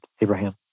Abraham